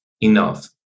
enough